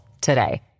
today